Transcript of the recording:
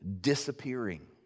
disappearing